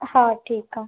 हा ठीकु आहे